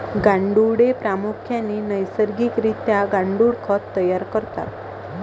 गांडुळे प्रामुख्याने नैसर्गिक रित्या गांडुळ खत तयार करतात